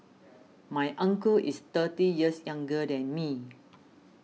my uncle is thirty years younger than me